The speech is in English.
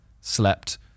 slept